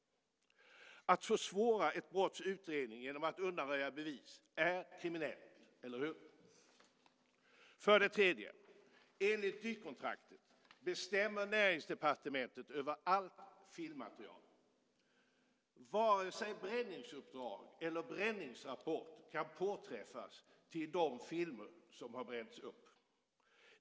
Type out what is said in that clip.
Att försvåra ett brotts utredning genom att undanröja bevis är kriminellt. Eller hur? För det tredje: Enligt dykkontraktet bestämmer Näringsdepartementet över allt filmmaterial. Inte vare sig bränningsuppdrag eller bränningsrapport kan påträffas till de filmer som har bränts upp.